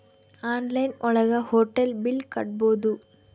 online ಒಳಗ hotel bill ಕಟ್ಬೋದು